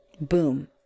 Boom